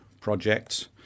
projects